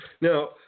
Now